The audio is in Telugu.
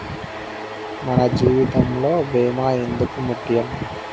మన జీవితములో భీమా ఎందుకు ముఖ్యం?